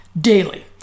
daily